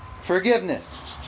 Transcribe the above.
Forgiveness